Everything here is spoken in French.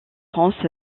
france